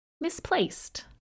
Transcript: misplaced